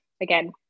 again